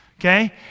Okay